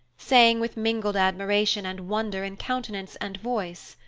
saying, with mingled admiration and wonder in countenance and voice,